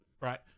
right